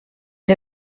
der